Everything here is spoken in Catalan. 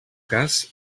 cas